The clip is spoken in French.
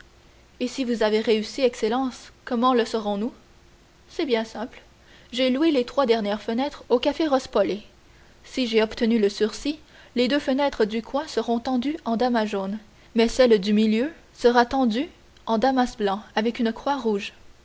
choses si vous avez réussi excellence comment le saurons-nous c'est bien simple j'ai loué les trois dernières fenêtres du café rospoli si j'ai obtenu le sursis les deux fenêtres du coin seront tendues en damas jaune mais celle du milieu sera tendue en damas blanc avec une croix rouge